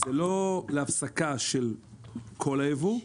זה לא להפסקה של כל הייבוא,